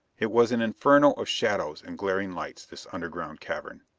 it was an inferno of shadows and glaring lights, this underground cavern.